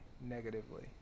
negatively